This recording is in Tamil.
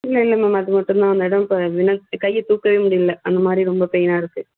இல்லை இல்லை மேம் அது மட்டும் தான் மேடம் இப்போ அந்த இடம் கையை தூக்கவே முடியல அந்தமாதிரி ரொம்ப பெயினாக இருக்குது